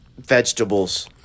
vegetables